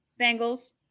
Bengals